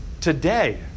today